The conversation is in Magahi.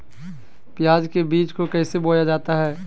प्याज के बीज को कैसे बोया जाता है?